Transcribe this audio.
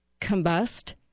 combust